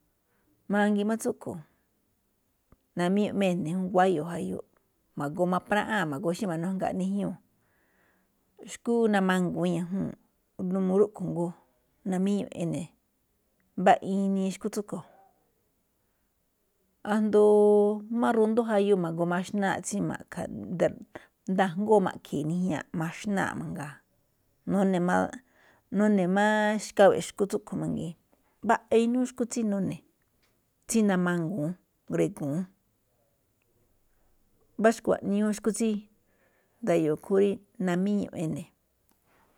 Mangiin máꞌ tsúꞌkhue̱n namíñu̱ꞌ máꞌ ene̱ jun, guáyo̱ jayu, ma̱goo mapraꞌáa̱n xí ma̱nújgaa níjñuu̱, xu̱kú namangu̱ún ñajúu̱n, n uu rúꞌkhue̱n jngó, namíñu̱ꞌ ene̱. Mbáꞌa inii xu̱kú tsúꞌkhue̱n, asndo máꞌ rundú máꞌ jayu ma̱goo maxnáaꞌ tsí nda̱a̱ ajngóo ma̱ꞌkhe̱e̱ nijñaa̱ꞌ maxnáa̱ꞌ mangaa̱, nune̱ máꞌ, nune̱ máaꞌ xkawe̱ꞌ xu̱kú tsúꞌkhue̱n mangiin, mbaꞌa inúú xu̱kú tsí nune̱, tsí namangu̱ún ngrigu̱ún. mbá xkuaꞌniúú xu̱kú tsí nda̱yo̱o̱ ikhúúnꞌ rí namíñuꞌ ene̱.